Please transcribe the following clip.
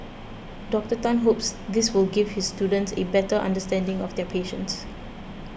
Doctor Tan hopes this will give his students a better understanding of their patients